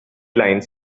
lines